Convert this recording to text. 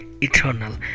eternal